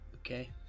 Okay